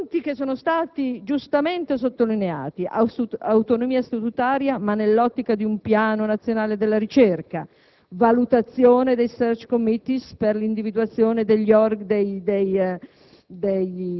i punti che sono stati giustamente sottolineati - autonomia statutaria, ma nell'ottica di un piano nazionale della ricerca; valutazione dei *search committees* per l'individuazione dei candidati